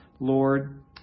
Lord